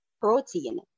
protein